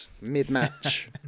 mid-match